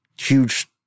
huge